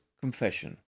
Confession